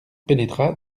pénétra